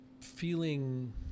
feeling